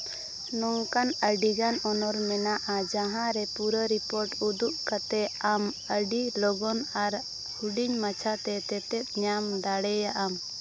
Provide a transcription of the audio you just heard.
ᱱᱚᱝᱠᱟᱱ ᱟᱹᱰᱤᱜᱟᱱ ᱚᱱᱚᱞ ᱢᱮᱱᱟᱜᱼᱟ ᱡᱟᱦᱟᱸ ᱨᱮ ᱯᱩᱨᱟᱹ ᱨᱤᱯᱳᱴ ᱩᱫᱩᱜ ᱠᱟᱛᱮ ᱟᱢ ᱟᱹᱰᱤ ᱞᱚᱜᱚᱱ ᱟᱨ ᱦᱩᱰᱤᱧ ᱢᱟᱪᱷᱟ ᱛᱮ ᱛᱮᱛᱮᱫ ᱧᱟᱢ ᱫᱟᱲᱮᱭᱟᱜᱼᱟᱢ